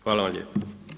Hvala vam lijepa.